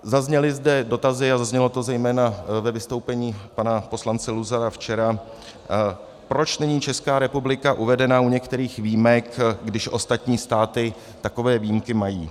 Zazněly zde dotazy a zaznělo to zejména ve vystoupení pana poslance Luzara včera, proč není Česká republika uvedena u některých výjimek, když ostatní státy takové výjimky mají.